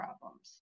problems